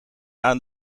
aan